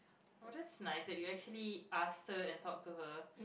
was just nice actually asked her and talked to her